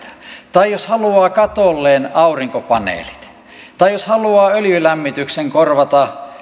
tai jos haluaa katolleen aurinkopaneelit tai jos haluaa öljylämmityksen korvata